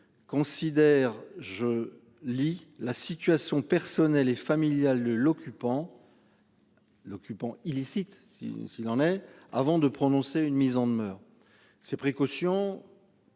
Considère je lis la situation personnelle et familiale le l'occupant. L'occupant illicite si s'il en est. Avant de prononcer une mise en demeure. Ces précautions.